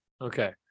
Okay